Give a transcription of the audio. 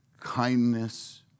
kindness